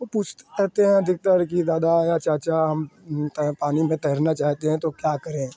वह पूछते रहेते हैं अधिकतर कि दादा या चाचा हम तैर पानी में तैरना चाहते हैं तो क्या करें